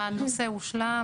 הנושא הושלם.